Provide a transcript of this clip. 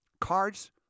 Cards